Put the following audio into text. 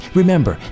Remember